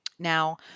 Now